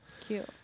Cute